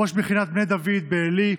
ראש מכינת בני דוד בעלי,